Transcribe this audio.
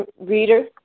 reader